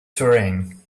terrain